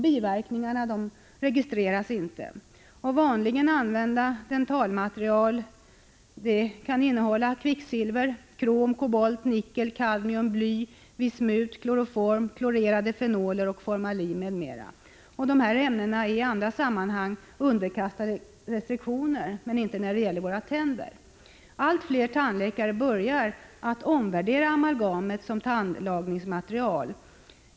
Biverkningarna registreras inte. Vanligen använda dentalmaterial kan innehålla kvicksilver, krom, kobolt, nickel, kadmium, bly, vismut, kloroform, klorerade fenoler, formalin m.m. Dessa ämnen är i andra sammanhang underkastade restriktioner men inte när det gäller våra tänder. Allt fler tandläkare börjar omvärdera amalgamet som tandlagningsmaterial.